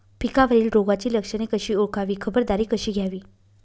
पिकावरील रोगाची लक्षणे कशी ओळखावी, खबरदारी कशी घ्यावी?